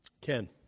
Ken